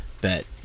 Bet